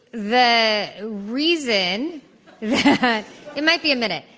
the reason that it might be a minute.